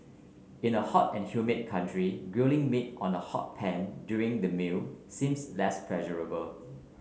in a hot and humid country grilling meat on a hot pan during the meal seems less pleasurable